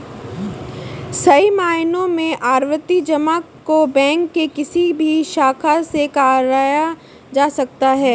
सही मायनों में आवर्ती जमा को बैंक के किसी भी शाखा से कराया जा सकता है